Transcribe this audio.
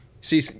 See